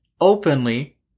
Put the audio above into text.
openly